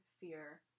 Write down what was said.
fear